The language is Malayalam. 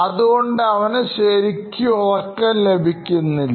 അതുകൊണ്ട് അവന് ശരിക്ക് ഉറക്കംലഭിക്കുന്നില്ല